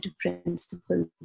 principles